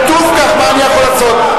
כתוב כך, מה אני יכול לעשות.